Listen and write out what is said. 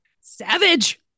Savage